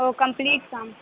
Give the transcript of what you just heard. اوہ complete کام